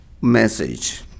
message